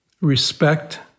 respect